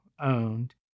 owned